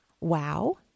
wow